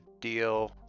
deal